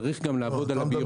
צריך גם לעבוד על הביורוקרטיה.